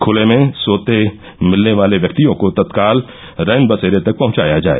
खले में सोते मिलने वाले व्यक्तियों को तत्काल रैन बसेरे तक पहंचाया जाय